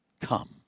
Come